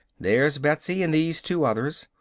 there's betsy and these two others.